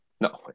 no